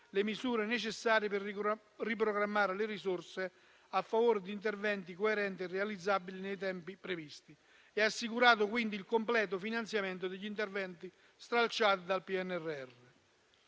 le misure necessarie per riprogrammare le risorse a favore di interventi coerenti e realizzabili nei tempi previsti. È assicurato quindi il completo finanziamento degli interventi stralciati dal PNRR.